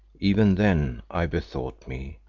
even then i bethought me,